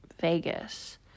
Vegas